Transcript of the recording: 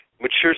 mature